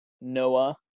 Noah